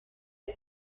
the